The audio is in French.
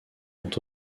ont